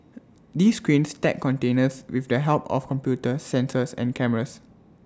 these cranes stack containers with the help of computers sensors and cameras